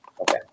Okay